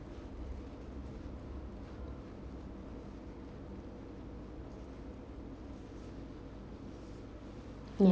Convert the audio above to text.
ya